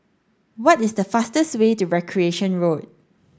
what is the fastest way to Recreation Road